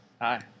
hi